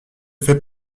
fait